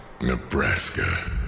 nebraska